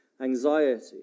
anxiety